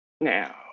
now